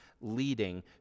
leading